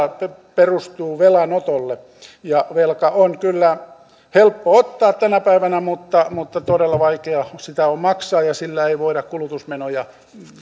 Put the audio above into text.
perustuu velanotolle velkaa on kyllä helppo ottaa tänä päivänä mutta mutta todella vaikea sitä on maksaa ja sillä ei voida kulutusmenoja